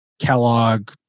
Kellogg